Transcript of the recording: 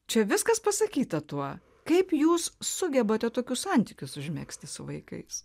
čia viskas pasakyta tuo kaip jūs sugebate tokius santykius užmegzti su vaikais